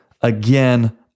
Again